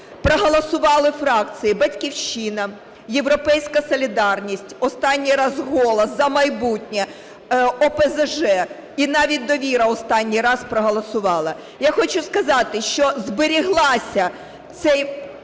проголосували фракції "Батьківщина", "Європейська солідарність", останній раз "Голос", "За майбутнє", ОПЗЖ, і навіть "Довіра" останній раз проголосувала. Я хочу сказати, що зберіглася ця